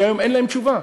שהיום אין להן תשובה.